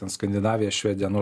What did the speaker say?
ten skandinavija švedija nu